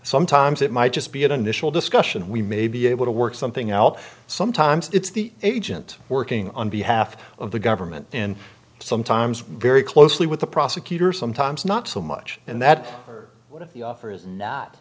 sometimes it might just be an initial discussion we may be able to work something out sometimes it's the agent working on behalf of the government and sometimes very closely with the prosecutor sometimes not so much and that what you offer is not